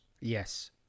Yes